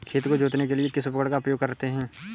खेत को जोतने के लिए किस उपकरण का उपयोग करते हैं?